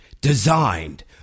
designed